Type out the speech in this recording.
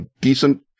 decent